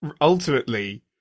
ultimately